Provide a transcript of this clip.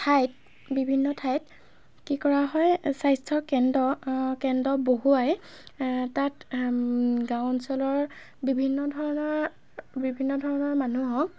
ঠাইত বিভিন্ন ঠাইত কি কৰা হয় স্বাস্থ্যৰ কেন্দ্ৰ কেন্দ্ৰ বহুৱাই তাত গাঁও অঞ্চলৰ বিভিন্ন ধৰণৰ বিভিন্ন ধৰণৰ মানুহক